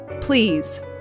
please